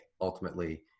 ultimately